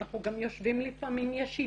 אנחנו גם יושבים לפעמים ישיבה.